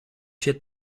się